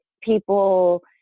people